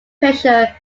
pressure